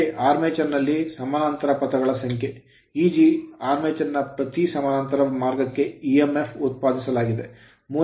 A armature armature ನಲ್ಲಿ ಸಮಾನಾಂತರ ಪಥಗಳ ಸಂಖ್ಯೆ Eg armature ಆರ್ಮೇಚರ್ ನಲ್ಲಿ ಪ್ರತಿ ಸಮಾನಾಂತರ ಮಾರ್ಗಕ್ಕೆ EMF ಎಂಎಫ್ ಅನ್ನು ಉತ್ಪಾದಿಸಲಾಗಿದೆ